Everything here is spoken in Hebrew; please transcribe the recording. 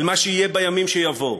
אל מה שיהיה בימים שיבואו.